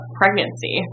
pregnancy